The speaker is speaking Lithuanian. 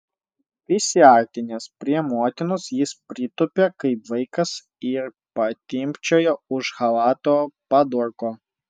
prisiartinęs prie motinos jis pritūpė kaip vaikas ir patimpčiojo už chalato padurko